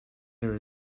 there